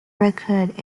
record